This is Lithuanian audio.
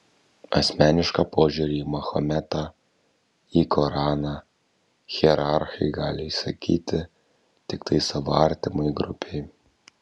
asmenišką požiūrį į mahometą į koraną hierarchai gali išsakyti tiktai savo artimai grupei